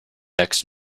next